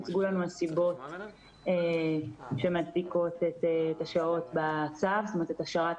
הוצגו לנו הסיבות שמצדיקות את השארת המצב